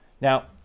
Now